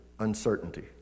uncertainty